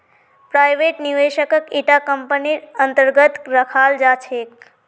private निवेशकक इटा कम्पनीर अन्तर्गत रखाल जा छेक